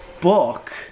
book